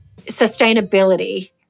sustainability